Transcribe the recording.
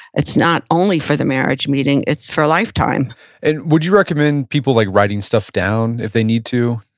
it's not only for the marriage meeting, it's for a lifetime and would you recommend people like writing stuff down if they need to?